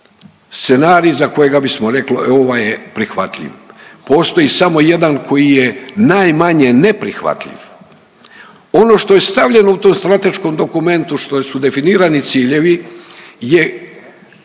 scenarij za kojega bismo rekli e ovaj je prihvatljiv. Postoji samo jedan koji je najmanje neprihvatljiv. Ono što je stavljeno u tom strateškom dokumentu što su definirani ciljevi je